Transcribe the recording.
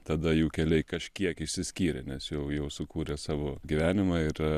tada jų keliai kažkiek išsiskyrė nes jau jau sukūrė savo gyvenimą ir